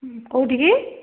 କୋଉଠିକି